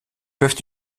peuvent